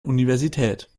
universität